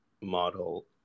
model